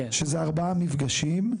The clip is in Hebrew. שזה ארבעה מפגשים.